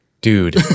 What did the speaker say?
Dude